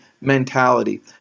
mentality